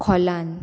खोलान